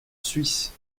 suisse